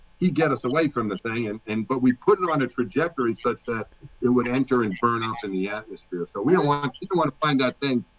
you get us away from the thing. and and but we put it on a trajectory such that it would enter and burn up in the atmosphere. so we don't want don't want to find that thing.